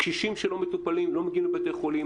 קשישים שלא מטופלים, לא מגיעים לבתי-חולים.